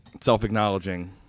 Self-acknowledging